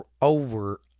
over